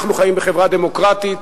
אנחנו חיים בחברה דמוקרטית,